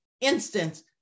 instance